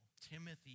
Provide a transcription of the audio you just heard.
Timothy